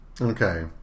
Okay